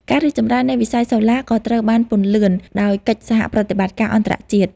ការរីកចម្រើននៃវិស័យសូឡាក៏ត្រូវបានពន្លឿនដោយកិច្ចសហប្រតិបត្តិការអន្តរជាតិ។